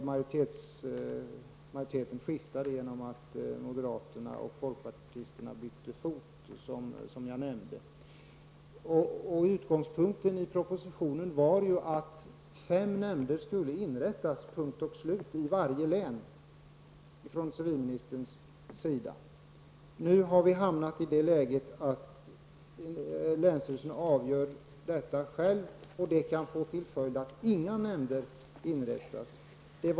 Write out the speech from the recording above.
Som jag nämnde skiftade majoriteterna genom att moderaterna och folkpartisterna bytte fot. Utgångspunkten i propositionen var ju att fem nämnder skulle inrättas i varje län, punkt och slut. Nu har vi hamnat i det läget att länsstyrelserna själva får inrätta nämnder, och det kan få till följd att inga nämnder inrättas.